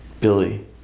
Billy